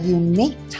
unique